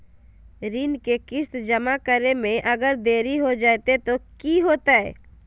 ऋण के किस्त जमा करे में अगर देरी हो जैतै तो कि होतैय?